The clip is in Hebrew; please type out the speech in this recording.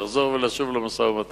לחזור ולשוב למשא-ומתן.